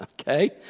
Okay